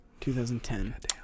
2010